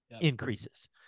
increases